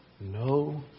No